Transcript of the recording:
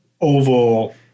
oval